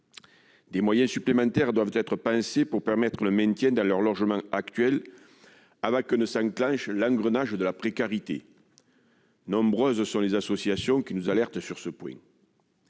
Des moyens supplémentaires doivent être pensés pour permettre le maintien dans leur logement actuel, avant que ne s'enclenche l'engrenage de la précarité. Nombreuses sont les associations qui nous alertent sur ce point.